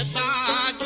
da